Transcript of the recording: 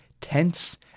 tense